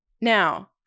now